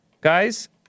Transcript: guys